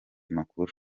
makuru